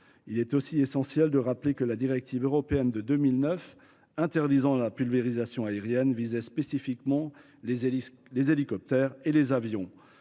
Il est aussi essentiel de rappeler que la directive européenne de 2009 interdisant la pulvérisation aérienne visait spécifiquement les hélicoptères et les avions.